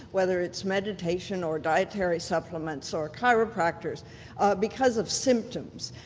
whether it's meditation or dietary supplements or chiropractors because of symptoms,